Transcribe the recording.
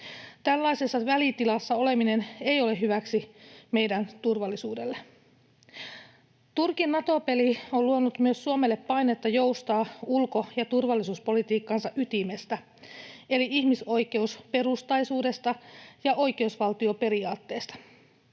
Tällaisessa välitilassa oleminen ei ole hyväksi meidän turvallisuudellemme. Turkin Nato-peli on luonut myös Suomelle painetta joustaa ulko- ja turvallisuuspolitiikkansa ytimestä, eli ihmisoikeusperustaisuudesta ja oikeusvaltioperiaatteesta.